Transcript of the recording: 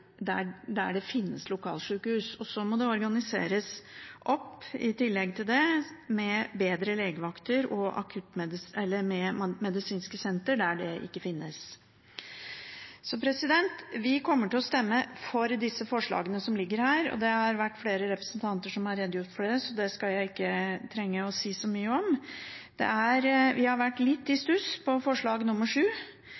det finnes lokalsjukehus. Det må i tillegg organiseres med bedre legevakter eller med medisinske sentre der det ikke finnes. Vi kommer til å stemme for forslagene som foreligger. Det har vært flere representanter som har redegjort for dem, så det skal jeg ikke trenge å si så mye om. Vi har vært litt i